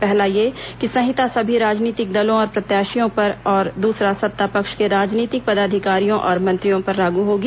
पहला यह कि संहिता सभी राजनीतिक दलों और प्रत्याशियों पर और दूसरा सत्ता पक्ष के राजनीतिक पदाधिकारियों और मंत्रियों पर लागू होगी